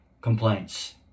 complaints